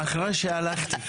אחרי שהלכתי.